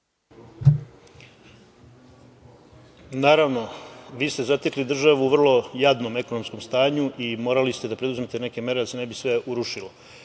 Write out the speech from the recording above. Naravno. Vi ste zatekli državu u vrlo jadnom ekonomskom stanju i morali ste da preduzmete neke mere da se ne bi sve urušilo